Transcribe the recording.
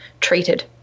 treated